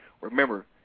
remember